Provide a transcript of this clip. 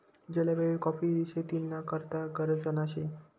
जलवायु काॅफी शेती ना करता गरजना शे